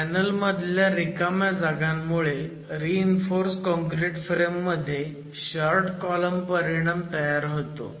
panel मधल्या रिकाम्या जागांमुळे रीइन्फोर्स काँक्रिट फ्रेम मध्ये शॉर्ट कॉलम परिणाम तयार होतो